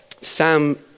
Sam